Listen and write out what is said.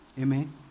Amen